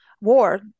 war